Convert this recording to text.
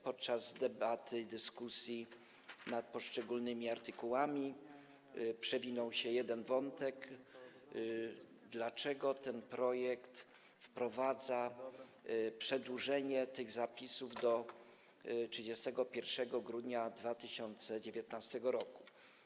Podczas debaty i dyskusji nad poszczególnymi artykułami przewijał się jeden wątek: Dlaczego ten projekt wprowadza przedłużenie tych zapisów do 31 grudnia 2019 r.